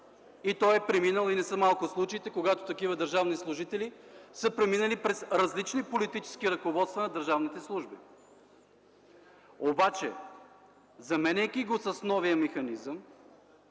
държава. Не са малко случаите, когато такива държавни служители са преминали през различни политически ръководства на държавните служби. Обаче заменяйки го с новия механизъм